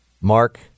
Mark